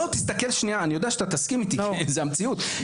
לא, אני יודע שאתה תסכים איתי זאת, זאת המציאות.